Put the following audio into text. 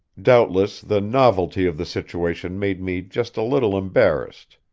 doubtless the novelty of the situation made me just a little embarrassed.